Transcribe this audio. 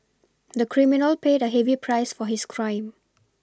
the criminal paid a heavy price for his crime